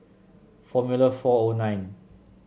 Formula four O nine